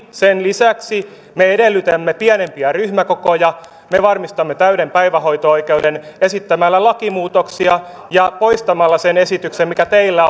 sen lisäksi me edellytämme pienempiä ryhmäkokoja me varmistamme täyden päivähoito oikeuden esittämällä lakimuutoksia ja poistamalla sen esityksen mikä teillä